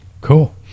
Cool